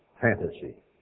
fantasy